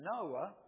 Noah